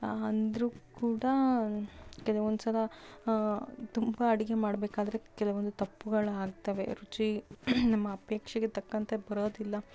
ಅಂದ್ರೂ ಕೂಡ ಕೆಲವೊಂದು ಸಲ ತುಂಬ ಅಡುಗೆ ಮಾಡಬೇಕಾದ್ರೆ ಕೆಲವೊಂದು ತಪ್ಪುಗಳಾಗ್ತವೆ ರುಚಿ ನಮ್ಮ ಅಪೇಕ್ಷೆಗೆ ತಕ್ಕಂತೆ ಬರೋದಿಲ್ಲ